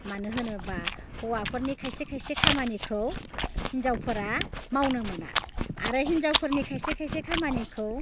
मानो होनोबा हौवाफोरनि खायसे खायसे खामानिखौ हिन्जावफोरा मावनो मोना आरो हिन्जावफोरनि खायसे खायसे खामानिखौ